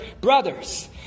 brothers